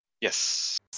Yes